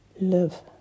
love